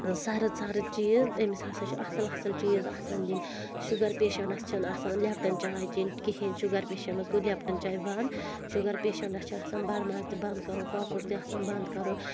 سرٕد سَرٕد چیٖز أمِس ہَسا چھِ اَصٕل اَصٕل چیٖز آسَان دِنۍ شُگَر پیشَنٛٹَس چھَ نہٕ آسان لیپٹَن چاے چیٚن کِہیٖنۍ شُگَر پیشَنٹَس گوٚو لیپٹَن چاے بَنٛد شُگَر پیشَنٹَس چھِ آسان بَڑماز تہِ بنٛد کَرُن کۄکُر تہِ آسان بنٛد کَرُن